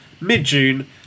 mid-June